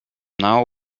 now